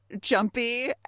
jumpy